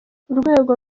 urwego